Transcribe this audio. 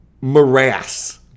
morass